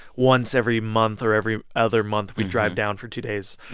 once every month or every other month, we'd drive down for two days.